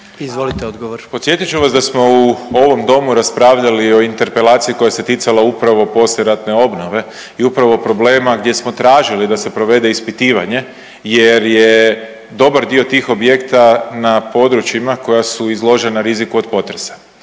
Peđa (SDP)** Podsjetit ću vas da smo u ovom domu raspravljali o interpelaciji koja se ticala upravo poslijeratne obnove i upravo problema gdje smo tražili da se provede ispitivanje jer je dobar dio tih objekta na područjima koja su izložena riziku od potresa.